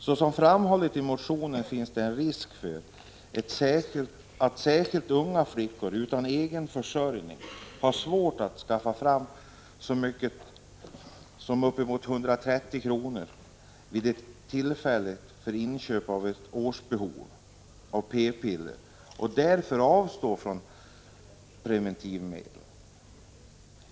Så som framhålls i motionen finns det risk för att särskilt unga flickor utan egen försörjning får svårt att skaffa fram så mycket som uppemot 130 kr. vid ett tillfälle för inköp av ett årsbehov av p-piller och därför avstår från preventivmedel.